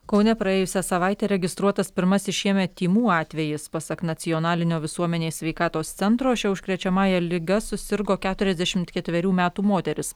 kaune praėjusią savaitę registruotas pirmasis šiemet tymų atvejis pasak nacionalinio visuomenės sveikatos centro šia užkrečiamąja liga susirgo keturiasdešimt ketverių metų moteris